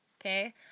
okay